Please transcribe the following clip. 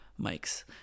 mics